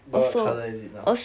but what colour is it now